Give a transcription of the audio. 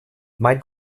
mein